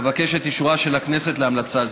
אבקש את אישורה של הכנסת להמלצה זו.